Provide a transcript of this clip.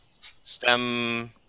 STEM